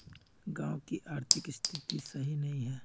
गाँव की आर्थिक स्थिति सही नहीं है?